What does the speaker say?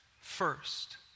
first